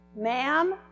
Ma'am